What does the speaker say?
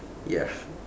ya